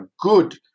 good